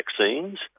vaccines